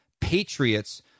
patriots